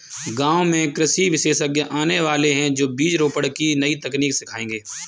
गांव में कृषि विशेषज्ञ आने वाले है, जो बीज रोपण की नई तकनीक सिखाएंगे